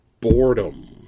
boredom